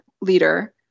leader